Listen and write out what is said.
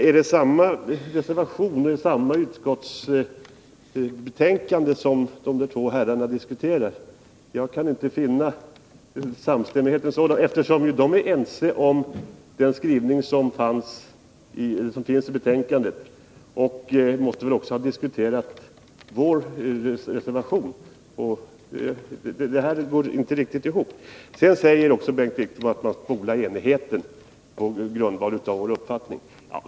Är det samma reservation och samma utskottsbetänkande som de två herrarna diskuterar? Jag kan inte finna någon samstämmighet. De är överens om den skrivning som finns i betänkandet, och de måste väl ha diskuterat vår reservation. Sedan säger Bengt Wittbom att vi spolar enigheten.